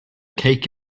cake